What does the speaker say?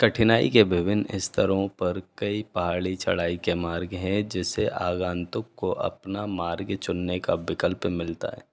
कठिनाई के विभिन्न स्तरों पर कई पहाड़ी चढ़ाई के मार्ग है जिससे आगांतुक को अपना मार्ग चुनने का विकल्प मिलता है